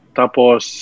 tapos